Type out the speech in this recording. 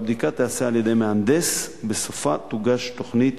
הבדיקה תיעשה על-ידי מהנדס, ובסופה תוגש תוכנית